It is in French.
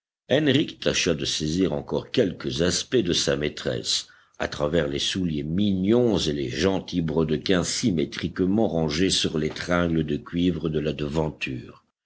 henrich tâcha de saisir encore quelques aspects de sa maîtresse à travers les souliers mignons et les gentils brodequins symétriquement rangés sur les tringles de cuivre de la devanture